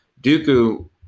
Dooku